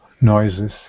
noises